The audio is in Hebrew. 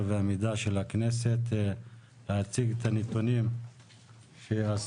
והמידע של הכנסת להציג את הנתונים שאספתם.